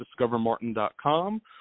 discovermartin.com